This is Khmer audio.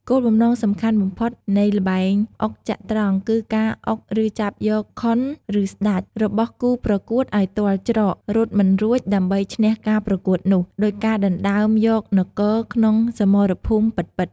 គោលបំណងសំខាន់បំផុតនៃល្បែងអុកចត្រង្គគឺការ អុក ឬចាប់យក ខុន ឬស្តេច របស់គូប្រកួតឱ្យទាល់ច្រក រត់មិនរួចដើម្បីឈ្នះការប្រកួតនោះ ដូចការដណ្ដើមយកនគរក្នុងសមរភូមិពិតៗ។